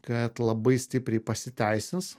kad labai stipriai pasiteisins